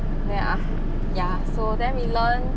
then aft~ ya so then we learn